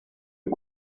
est